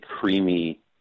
creamy